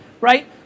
right